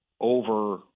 over